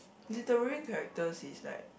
literally characters is like